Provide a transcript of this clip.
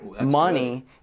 money